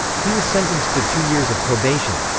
he was sentenced to two years of probation.